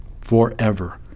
Forever